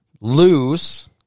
lose